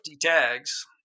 tags